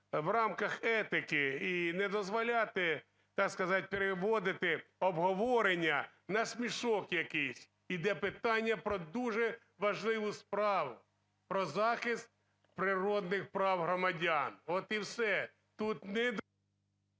в рамках етики і не дозволяти, так сказать, переводити обговорення на смішок якийсь. Іде питання про дуже важливу справу – про захист природних прав громадян. От і все. Тут... ГОЛОВУЮЧИЙ.